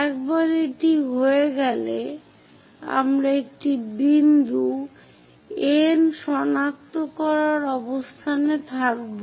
একবার এটি হয়ে গেলে আমরা একটি বিন্দু N সনাক্ত করার অবস্থানে থাকব